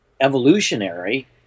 evolutionary